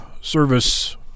service